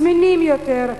זמינים יותר,